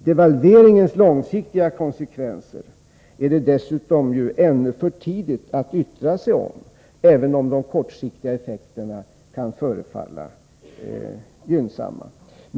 Devalveringens långsiktiga konsekvenser är det dessutom ännu för tidigt att yttra sig om, även om de kortsiktiga effekterna kan förefalla gynnsamma.